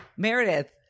Meredith